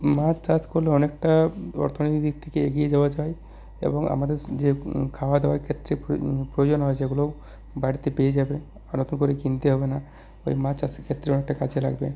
মাছ চাষ করলে অনেকটা অর্থনৈতিক দিক থেকে এগিয়ে যাওয়া যায় এবং আমাদের যে খাওয়া দাওয়ার ক্ষেত্রে প্রয়োজন হয় সেগুলোও বাড়িতে পেয়ে যাবে করে কিনতে হবে না ওই মাছ চাষের ক্ষেত্রেও অনেকটা কাজে লাগবে